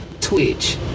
Twitch